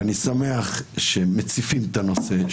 אני שמח שמציפים את הנושא,